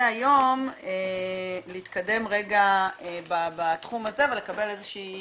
היום להתקדם רגע בתחום הזה ולקבל איזושהי